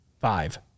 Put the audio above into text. five